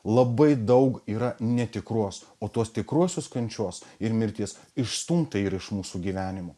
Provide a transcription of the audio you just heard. labai daug yra netikros o tuos tikruosius kančios ir mirties išstumta yra iš mūsų gyvenimo